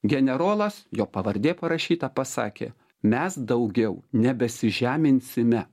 generolas jo pavardė parašyta pasakė mes daugiau nebesižeminsime